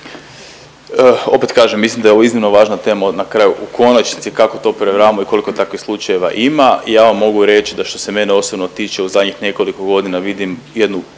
Opet kažem mislim da je ovo iznimno važna tema na kraju u konačnici kako to provjeravamo i koliko takvih slučajeva ima. Ja vam mogu reć da što se mene osobno tiče u zadnjih nekoliko godina vidim jednu